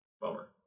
Bummer